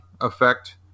effect